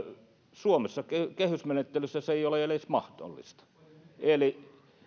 suomessa kehysmenettelyssä se ei ole edes mahdollista eli